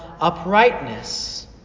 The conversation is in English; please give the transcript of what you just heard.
uprightness